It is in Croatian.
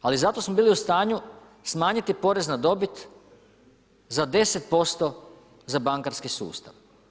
Ali zato smo bili u stanju smanjiti porez na dobit za 10% za bankarski sustav.